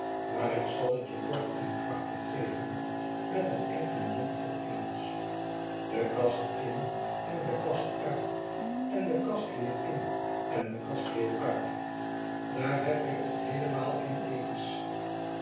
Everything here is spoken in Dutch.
maar ik zal het je kort en krachtig geven met een enkelen mondvol engelsch de kast in en de kast uit en de kast weer in en de kast weer uit daar heb je het